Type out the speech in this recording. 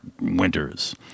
winters